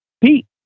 Pete